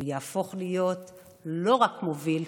הוא יהפוך להיות לא רק מוביל,